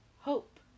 hope